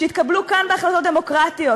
שהתקבלו כאן בהחלטות דמוקרטיות,